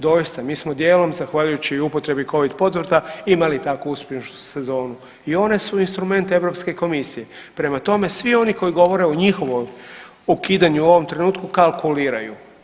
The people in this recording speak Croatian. Doista, mi smo dijelom zahvaljujući i upotrebi Covid potvrda imali tako uspješnu sezonu i one su instrument EU komisije, prema tome svi oni koji govore o njihovom ukidanju u ovom trenutku kalkuliraju.